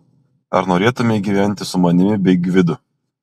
ar norėtumei gyventi su manimi bei gvidu